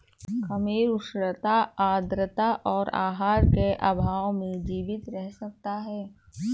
खमीर उष्णता आद्रता और आहार के अभाव में जीवित रह सकता है